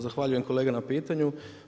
Zahvaljujem kolega na pitanju.